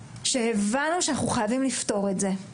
והבנו שאנחנו חייבים לפתור את זה.